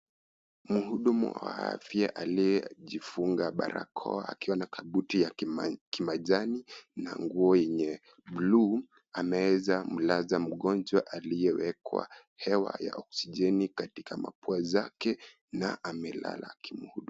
Mhudumu wa afya aliyejifunga barakoa akiwa na kabuti ya kimajani na nguo yenye bulu ameweza mlaza mgonjwa aliyewekwa hewa ya oxigeni katika mapua yake na amelala akimhudumia.